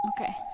Okay